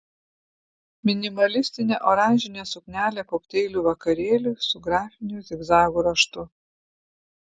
minimalistinė oranžinė suknelė kokteilių vakarėliui su grafiniu zigzagų raštu